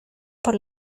por